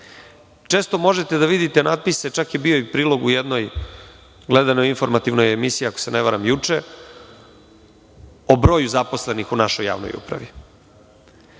Često možete da vidite natpise čak je bio i prilog u jednoj gledanoj informativnoj emisiji, ako se ne varam juče, po broju zaposlenih u našoj javnoj upravi.